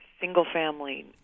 single-family